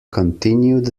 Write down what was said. continued